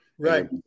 Right